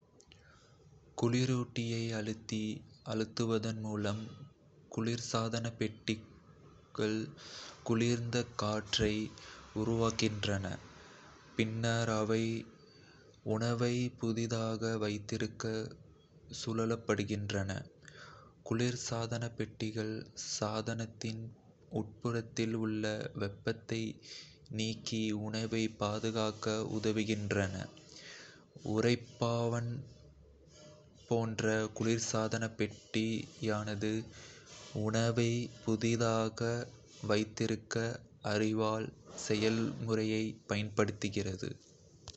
குளிரூட்டியை அழுத்தி அழுத்துவதன் மூலம், குளிர்சாதனப்பெட்டிகள் குளிர்ந்த காற்றை உருவாக்குகின்றன, பின்னர் அவை உணவை புதியதாக வைத்திருக்க சுழற்றப்படுகின்றன. குளிர்சாதனப்பெட்டிகள் சாதனத்தின் உட்புறத்தில் உள்ள வெப்பத்தை நீக்கி உணவைப் பாதுகாக்க உதவுகின்றன. உறைவிப்பான் போன்றே, குளிர்சாதனப்பெட்டியானது உணவை புதியதாக வைத்திருக்க ஆவியாதல் செயல்முறையைப் பயன்படுத்துகிறது.